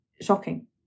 shocking